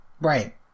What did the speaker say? Right